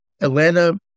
Atlanta